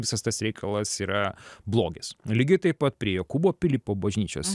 visas tas reikalas yra blogis lygiai taip pat prie jokūbo pilypo bažnyčios